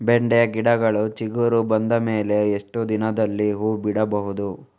ಬೆಂಡೆ ಗಿಡಗಳು ಚಿಗುರು ಬಂದ ಮೇಲೆ ಎಷ್ಟು ದಿನದಲ್ಲಿ ಹೂ ಬಿಡಬಹುದು?